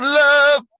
love